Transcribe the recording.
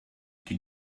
die